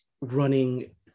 running